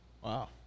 Wow